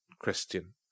Christian